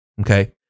okay